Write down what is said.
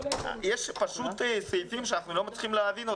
יש פשוט סעיפים שאנחנו לא מצליחים להבין אותם.